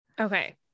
Okay